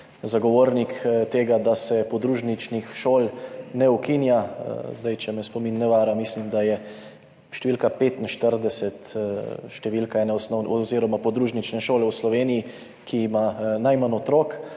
zagovornik tega, da se podružničnih šol ne ukinja. Če me spomin ne vara, mislim, da je številka 45 številka ene podružnične šole v Sloveniji, ki ima najmanj otrok.